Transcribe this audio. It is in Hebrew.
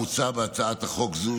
מוצע בהצעת חוק זו,